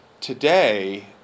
today